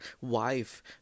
wife